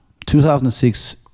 2006